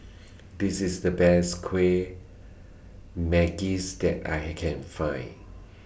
This IS The Best Kueh Manggis that I Can Find